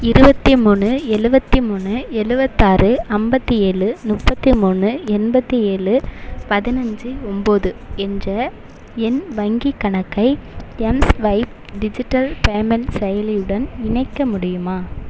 இருபத்தி மூணு எழுவத்தி மூணு எழுவத்தாறு ஐம்பத்தி ஏழு முப்பத்தி மூணு எண்பத்து ஏழு பதினஞ்சு ஒம்பது என்ற என் வங்கிக் கணக்கை எம்ஸ்வைப் டிஜிட்டல் பேமெண்ட் செயலியுடன் இணைக்க முடியுமா